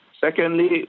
Secondly